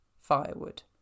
firewood